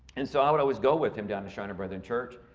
and so i would always go with him down to shiner brethren church.